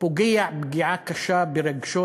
פוגע פגיעה קשה ברגשות